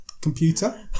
computer